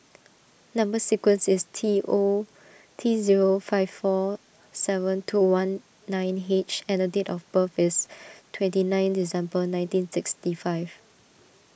Number Sequence is T O T zero five four seven two one nine H and date of birth is twenty nine December nineteen sixty five